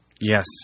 Yes